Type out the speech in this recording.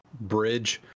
bridge